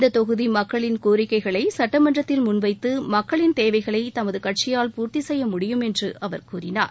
இந்தத் தொகுதி மக்களின் கோரிக்கைகளை சட்டமன்றத்தில் முன்வைத்து மக்களின் தேவைகளை தமது கட்சியால் பூர்த்தி செய்ய முடியும் என்று அவர் கூறினார்